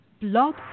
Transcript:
Blog